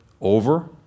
over